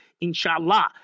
inshallah